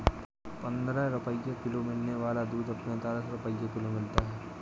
पंद्रह रुपए किलो मिलने वाला दूध अब पैंतालीस रुपए किलो मिलता है